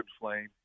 flame